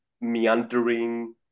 meandering